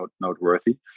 noteworthy